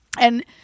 and-